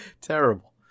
Terrible